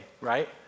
right